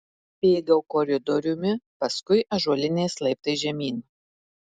bėgau koridoriumi paskui ąžuoliniais laiptais žemyn